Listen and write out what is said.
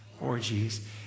orgies